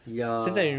ya